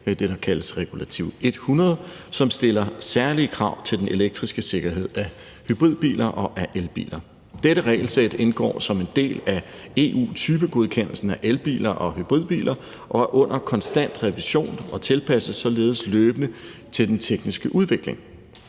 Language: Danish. det, der kaldes regulativ nr. 100 – som stiller særlige krav til den elektriske sikkerhed i hybridbiler og elbiler. Dette regelsæt indgår som en del af EU-typegodkendelsen af elbiler og hybridbiler og er under konstant revision og tilpasses således løbende til den tekniske udvikling.